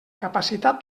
capacitat